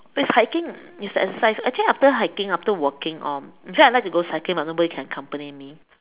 it's hiking is the exercise actually after hiking after walking or in fact I like to go cycling but nobody can accompany me